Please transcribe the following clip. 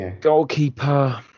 Goalkeeper